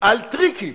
על טריקים.